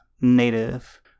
native